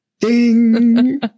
Ding